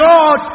God